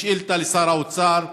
בשאילתה לשר האוצר,